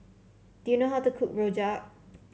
do you know how to cook Rojak